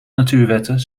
natuurwetten